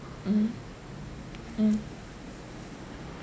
mm mm